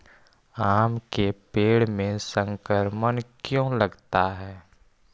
आम के पेड़ में संक्रमण क्यों लगता है?